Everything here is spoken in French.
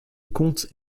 compte